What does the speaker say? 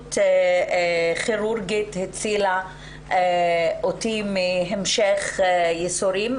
התערבות כירורגית הצילה אותי מהמשך ייסורים,